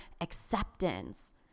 acceptance